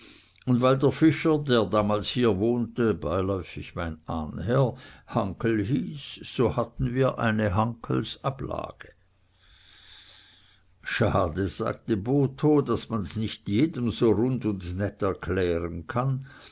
und weil der fischer der damals hier wohnte beiläufig mein ahnherr hankel hieß so hatten wir eine hankels ablage schade sagte botho daß man's nicht jedem so rund und nett erklären kann